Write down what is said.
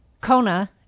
Kona